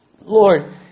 Lord